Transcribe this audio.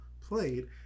played